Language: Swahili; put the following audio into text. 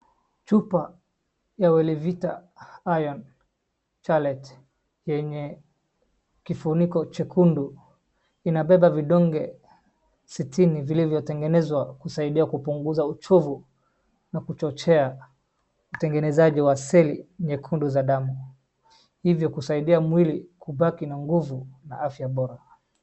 Chupa ya Wellovita Iron Chelate, yenye kifuniko chekundu inabeba vidonge sitini vilivyotengenezwa kusaidia kupunguza uchovu na kuchochea utengenezaji wa celli nyekundu kwa damu, hivyo kusaidia kubaki na nguvu na afya bora.